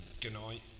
Goodnight